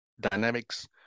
dynamics